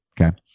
Okay